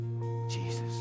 Jesus